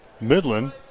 Midland